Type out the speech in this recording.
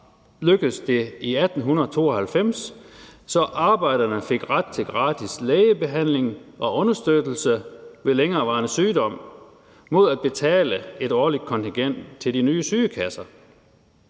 lykkedes det i 1892, hvor arbejderne fik ret til gratis lægebehandling og understøttelse ved længerevarende sygdom mod at betale et årligt kontingent til de nye sygekasser.